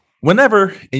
whenever